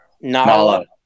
Nala